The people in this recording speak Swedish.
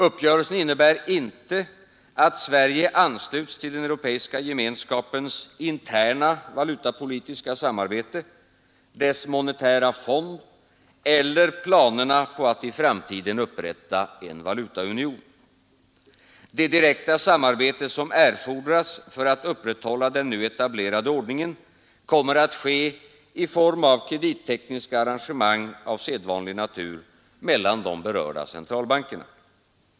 Uppgörelsen innebär inte, att Sverige ansluts till den europeiska gemenskapens interna valutapolitiska samarbete, dess monetära fond eller planerna på att i framtiden upprätta en valutaunion. Det direkta samarbete som erfordras för att upprätthålla den nu etablerade ordningen kommer att ske i form av kredittekniska arrangemang av sedvanlig natur mellan de berörda centralbankerna.